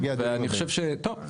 ואני חושב, טוב.